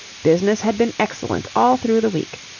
business had been excellent all through the week.